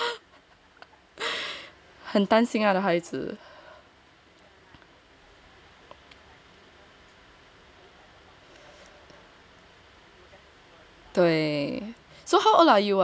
很担心啊孩子 so how old are you ah Violet